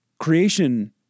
creation